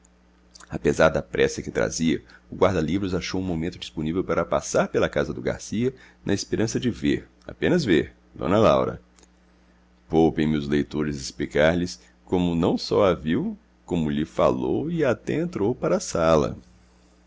apesar da pressa que trazia o guarda-livros achou um momento disponível para passar pela casa do garcia na esperança de ver apenas ver d laura poupem me os leitores explicar lhes como não só a viu como lhe falou e até entrou para a sala